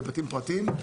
בבתים פרטיים,